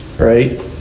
Right